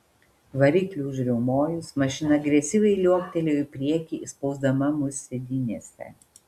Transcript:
varikliui užriaumojus mašina agresyviai liuoktelėjo į priekį įspausdama mus sėdynėse